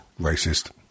Racist